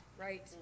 right